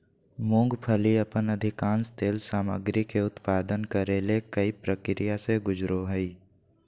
मूंगफली अपन अधिकांश तेल सामग्री के उत्पादन करे ले कई प्रक्रिया से गुजरो हइ